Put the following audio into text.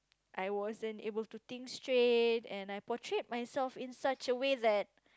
I wasn't able to think straight and I portrayed myself in such a way that